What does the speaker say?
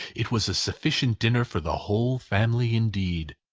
it was a sufficient dinner for the whole family indeed,